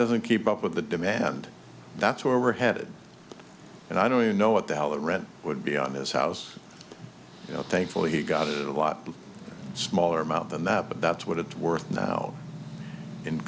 doesn't keep up with the demand that's where we're headed and i know you know what the how the rent would be on his house you know thankfully he got it a lot smaller amount than that but that's what it's worth now in